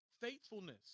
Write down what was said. Faithfulness